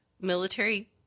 military